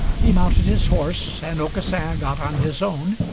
he mounted his horse, and aucassin gat on his own,